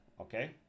Okay